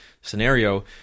scenario